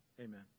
Amen